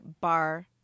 bar